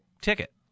ticket